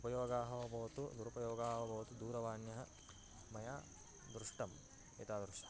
उपयोगाः वा भवतु दुरुपयोगाः वा भवतु दूरवाण्याः मया दृष्टम् एतादृशम्